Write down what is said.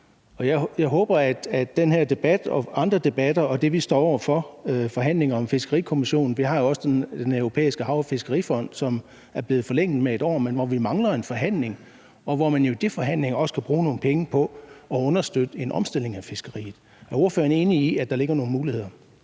kan bruge den her debat og andre debatter og det, vi står over for i forbindelse med forhandlingerne om Fiskerikommissionen, til noget. Vi har også Den Europæiske Hav- og Fiskerifond, som er blevet forlænget med et år, men hvor vi mangler en forhandling, og hvor man jo i forbindelse med de forhandlinger også kunne bruge nogle penge på at understøtte en omstilling af fiskeriet. Er ordføreren enig i, at der ligger nogle muligheder?